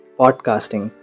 podcasting